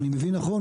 אם אני מבין נכון,